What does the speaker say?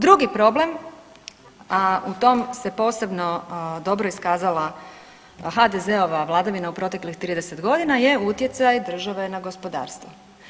Drugi problem, a u tom se posebno dobro iskazala HDZ-ova vladavina u proteklih 30.g. je utjecaj države na gospodarstvo.